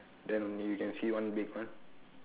then only you can see one big one